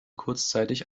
kurzzeitig